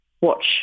watch